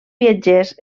viatgers